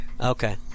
Okay